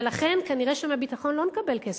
ולכן נראה שמהביטחון לא נקבל כסף.